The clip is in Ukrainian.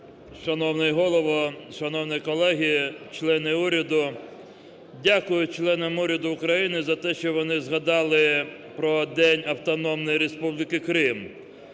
Шановний Голово, шановні колеги, члени уряду! Дякую членам уряду України за те, що вони згадали про День Автономної Республіки Крим.